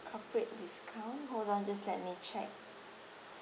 corporate discount hold on just let me check